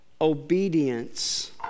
obedience